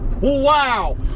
Wow